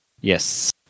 Yes